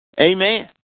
Amen